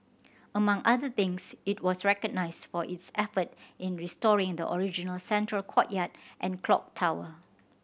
among other things it was recognised for its effort in restoring the original central courtyard and clock tower